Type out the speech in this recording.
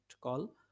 call